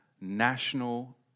national